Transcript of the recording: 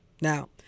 Now